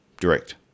direct